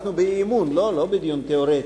אנחנו באי-אמון ולא בדיון תיאורטי: